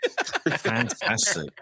Fantastic